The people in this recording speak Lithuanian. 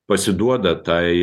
pasiduoda tai